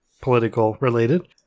political-related